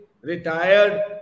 retired